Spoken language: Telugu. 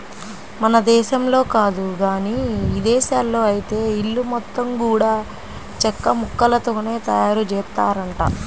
మన దేశంలో కాదు గానీ ఇదేశాల్లో ఐతే ఇల్లు మొత్తం గూడా చెక్కముక్కలతోనే తయారుజేత్తారంట